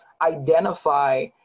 identify